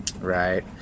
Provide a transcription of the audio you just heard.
Right